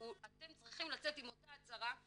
אתם צריכים לצאת עם אותה הצהרה,